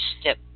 step